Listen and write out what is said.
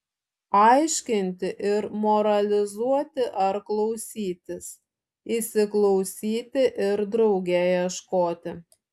aiškinti ir moralizuoti ar klausytis įsiklausyti ir drauge ieškoti